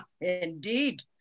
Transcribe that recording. Indeed